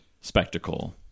spectacle